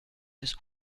des